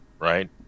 right